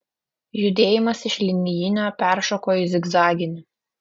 judėjimas iš linijinio peršoko į zigzaginį